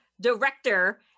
director